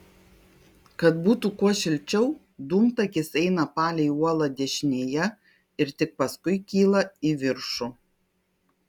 kad būtų kuo šilčiau dūmtakis eina palei uolą dešinėje ir tik paskui kyla į viršų